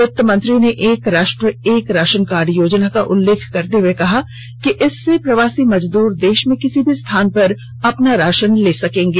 वित्त मंत्री ने एक राष्ट्र एक राशन कार्ड योजना का उल्लेख करते हुए कहा कि इससे प्रवासी मजदूर देश में किसी भी स्थान पर राशन ले सकेंगे